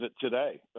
today